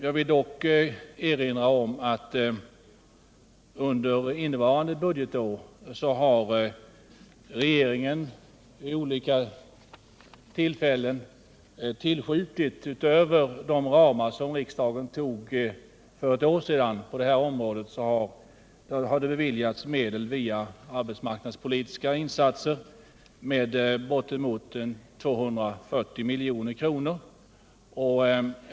Jag vill dock erinra om att regeringen under innevarande budgetår vid olika tillfällen, utöver de ramar som riksdagen tog för ett år sedan på det här cmrådet, har beviljat medel via arbetsmarknadspolitiska insatser på bortemot 240 milj.kr.